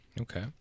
Okay